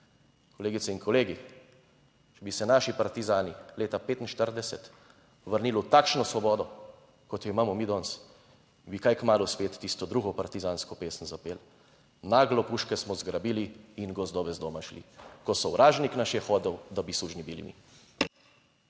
Kolegice in kolegi, če bi se naši partizani leta 1945 vrnili v takšno svobodo kot jo imamo mi danes? Bi kaj kmalu spet tisto drugo partizansko pesem zapeli: naglo puške smo zgrabili in gozdove z doma šli, ko sovražnik naš je hotel, da bi sužnji bili mi.